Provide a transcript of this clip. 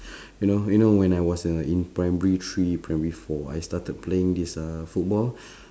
you know you know when I was uh in primary three primary four I started to playing this football